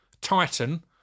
titan